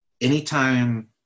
Anytime